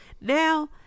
now